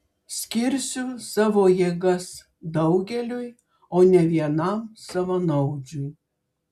skirsiu savo jėgas daugeliui o ne vienam savanaudžiui